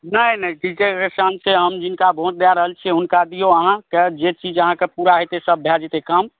नहि नहि ठीक छै अगर शांत छै हम जिनका वोट दै रहल छीयै हुनका दियौ अहाँक जे चीज अहाँक पूरा हेतय सभ भै जेतय काम